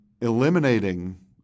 eliminating